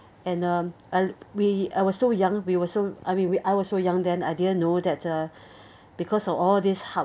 and um I we I was so young we were so I mean we I was so young then I didn't know that uh because of all this hard